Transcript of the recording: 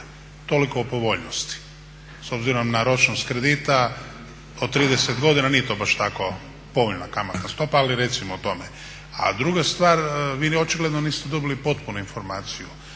Toliko o povoljnosti. S obzirom na ročnost kredita od 30 godina nije to baš tako povoljna kamatna stopa ali recimo o tome. A druga stvar, vi očigledno niste dobili potpunu informaciju,